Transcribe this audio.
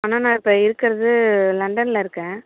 ஆனால் நான் இப்போ இருக்கிறது லண்டன்ல இருக்கேன்